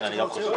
אדוני היקר,